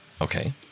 Okay